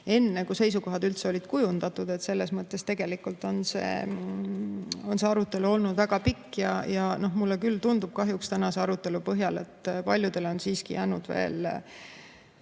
seda, kui seisukohad üldse olid kujundatud. Selles mõttes on see arutelu olnud väga pikk ja mulle tundub kahjuks tänase arutelu põhjal, et paljudele on siiski jäänud veel